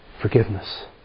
forgiveness